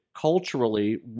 culturally